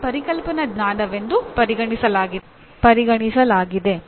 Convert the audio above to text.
ಇದನ್ನು ಪರಿಕಲ್ಪನಾ ಜ್ಞಾನವೆಂದು ಪರಿಗಣಿಸಲಾಗಿದೆ